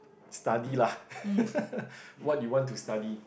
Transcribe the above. study lah what you want to study